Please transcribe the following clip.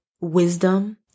wisdom